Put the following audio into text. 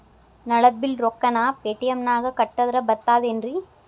ನಳದ್ ಬಿಲ್ ರೊಕ್ಕನಾ ಪೇಟಿಎಂ ನಾಗ ಕಟ್ಟದ್ರೆ ಬರ್ತಾದೇನ್ರಿ?